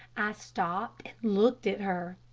i stopped and looked at her.